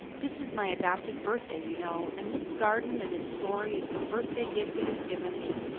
this is my adopted birthday, you know, and this garden and its story is the birthday gift it has given me.